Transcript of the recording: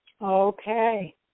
Okay